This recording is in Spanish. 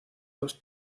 dos